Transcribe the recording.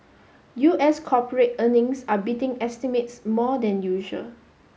U S corporate earnings are beating estimates more than usual